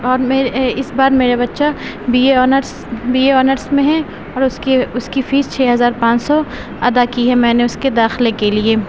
اور میرے اس بار میرا بچہ B A honours B A honours میں ہے اور اس کے اس کی فیس چھ ہزار پانچ سو ادا کی ہے میں نے اس کے داخلے کے لیے